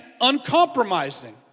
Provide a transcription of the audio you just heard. uncompromising